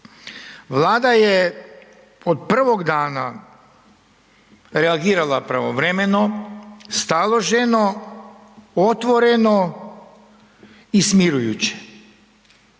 Vlada je od prvog dana reagirala pravovremeno, staloženo, otvoreno i smirujuće.